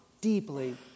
deeply